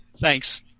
Thanks